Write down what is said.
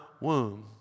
womb